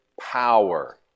power